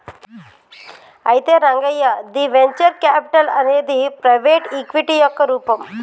అయితే రంగయ్య ది venture capital అనేది ప్రైవేటు ఈక్విటీ యొక్క రూపం